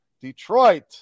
Detroit